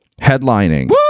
headlining